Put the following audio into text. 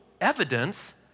evidence